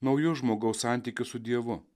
naujus žmogaus santykius su dievu